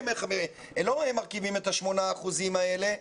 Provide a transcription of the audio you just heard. לא הם אלה שמרכיבים את שמונת האחוזים האלה.